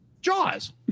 jaws